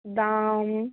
দাম